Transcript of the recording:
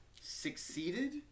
succeeded